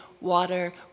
water